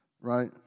Right